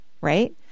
right